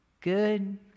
good